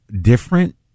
different